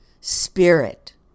spirit